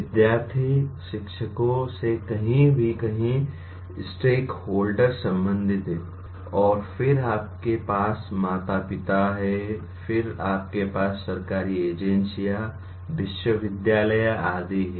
विद्यार्थी शिक्षकों से कहीं भी कई स्टेकहोल्डर संबंधित हैं और फिर आपके पास माता पिता हैं फिर आपके पास सरकारी एजेंसियां विश्वविद्यालय आदि हैं